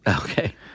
Okay